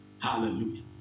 hallelujah